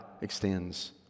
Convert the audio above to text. extends